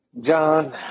John